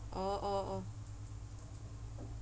orh orh orh